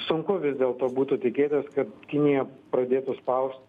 sunku vis dėlto būtų tikėtis kad kinija pradėtų spausti